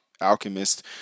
alchemist